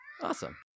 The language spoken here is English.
Awesome